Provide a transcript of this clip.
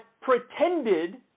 pretended